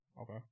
Okay